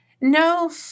No